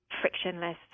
frictionless